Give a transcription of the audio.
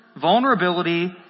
vulnerability